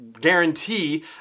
guarantee